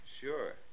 Sure